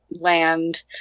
land